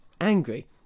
angry